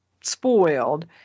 spoiled